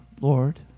Lord